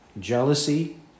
jealousy